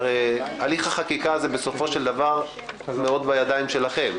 הליך החקיקה בידיים שלכם,